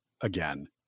again